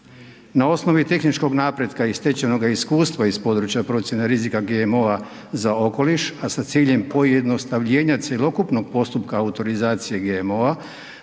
Na osnovi tehničkog napretka i stečenoga iskustva iz područja procjene rizika GMO-a za okoliš, a sa ciljem pojednostavljena cjelokupnog postupka autorizacije GMO-a